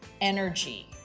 energy